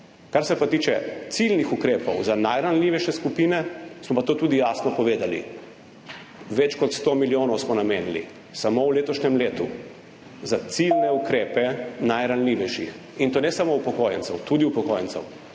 Kar se pa tiče ciljnih ukrepov za najranljivejše skupine, smo pa to tudi jasno povedali. Več kot 100 milijonov smo namenili samo v letošnjem letu za ciljne ukrepe najranljivejših, in to ne samo upokojencev, tudi upokojencev,